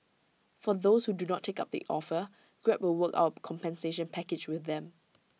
for those who do not take up the offer grab will work out compensation package with them